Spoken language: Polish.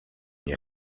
nie